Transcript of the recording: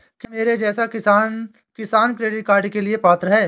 क्या मेरे जैसा किसान किसान क्रेडिट कार्ड के लिए पात्र है?